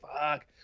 fuck